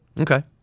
Okay